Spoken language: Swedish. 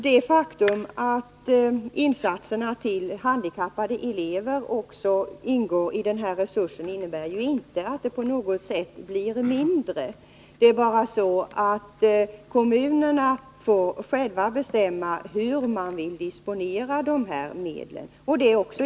Även om insatserna till handikappade elever också ingår i den här resursen, så innebär inte det på något sätt att det blir en minskning. Kommunerna själva får bestämma hur de här medlen skall disponeras.